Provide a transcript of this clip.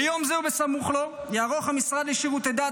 ביום זה או בסמוך לו יערוך המשרד לשירותי דת,